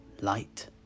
light